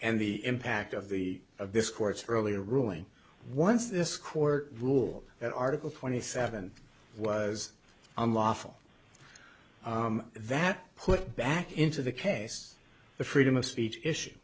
and the impact of the of this court's earlier ruling once this court rule that article twenty seven was unlawful that put back into the case the freedom of speech issue